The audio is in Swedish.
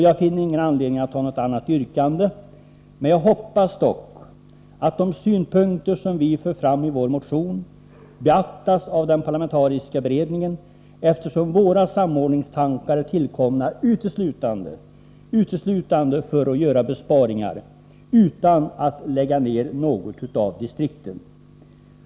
Jag finner ingen anledning att ha något annat yrkande, men jag hoppas dock att de synpunkter som vi för fram i vår motion kommer att beaktas av den parlamentariska beredningen. Våra samordningstankar är tillkomna uteslutande för att göra besparingar utan att lägga ner något av distrikten.